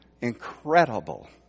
incredible